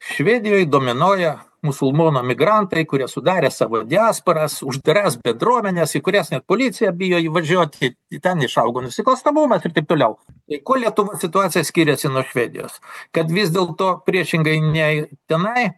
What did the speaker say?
švedijoj dominuoja musulmonų emigrantai kurie sudarę savo diasporas uždaras bendruomenes į kurias net policija bijo įvažiuoti ten išaugo nusikalstamumas ir taip toliau tai kuo lietuvos situacija skiriasi nuo švedijos kad vis dėlto priešingai nei tenai